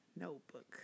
Notebook